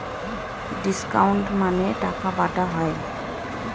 discount মানে টাকা বাটা হয়